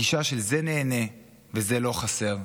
גישה של זה נהנה וזה לא חסר,